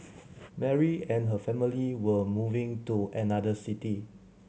Mary and her family were moving to another city